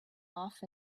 off